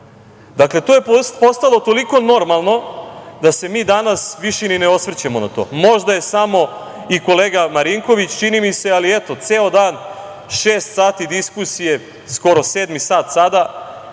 fabrika. To je postalo toliko normalno da se mi danas više ni ne osvrćemo na to. Možda je samo i kolega Marinković, čini mi se, ali eto ceo dan, šest sati diskusije, skoro sedmi sat sada,